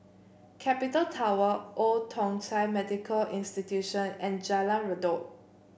Capital Tower Old Thong Chai Medical Institution and Jalan Redop